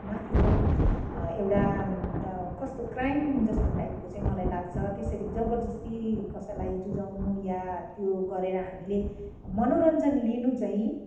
माथि चाहिँ एउटा कस्तो क्राइम जस्तो टाइपको चाहिँ मलाई लाग्छ त्यसरी जबरजस्ती कसैलाई जुझाउनु या यो गरेर हामीले मनोरञ्जन लिनु चाहिँ